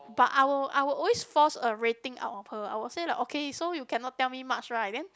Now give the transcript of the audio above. but I will I will always force a rating out of her I would say like okay so you cannot tell me much right then